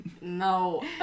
No